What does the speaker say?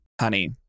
Honey